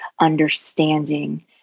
understanding